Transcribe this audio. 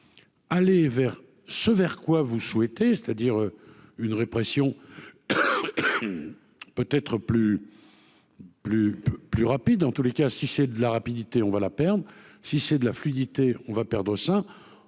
aller vers ce vers quoi vous souhaitez c'est-à-dire une répression peut être plus plus plus rapide en tous les cas, si c'est de la rapidité, on va la perdre si c'est de la fluidité, on va perdre au sein,